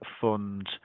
fund